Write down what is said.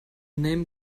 name